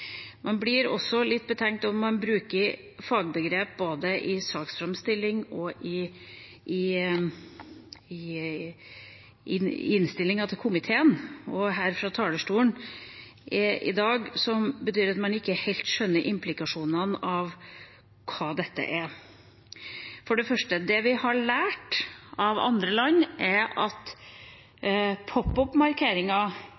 Man blir også litt betenkt over at det brukes fagbegrep både i saksframstilling, i innstillinga fra komiteen og her fra talerstolen i dag som betyr at man ikke helt skjønner implikasjonene, hva dette er. For det første: Det vi har lært av andre land, er at